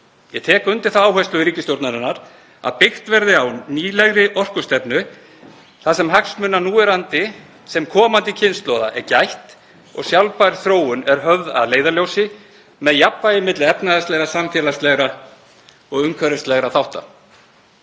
Ég tek undir þá áherslu ríkisstjórnarinnar að byggt verði á nýlegri orkustefnu þar sem hagsmuna núverandi sem komandi kynslóða er gætt og sjálfbær þróun er höfð að leiðarljósi með jafnvægi milli efnahagslegra, samfélagslegra og umhverfislegra þátta.